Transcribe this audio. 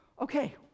okay